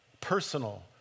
personal